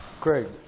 Craig